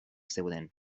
zeuden